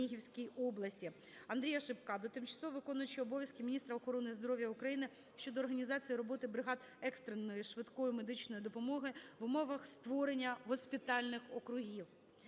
Андрія Шипка до тимчасово виконуючої обов'язки Міністра охорони здоров'я України щодо організації роботи бригад екстреної (швидкої) медичної допомоги в умовах створення госпітальних округів.